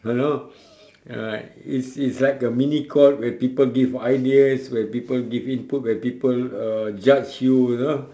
you know alright it's it's like a mini court where people give ideas where people give input where people uh judge you you know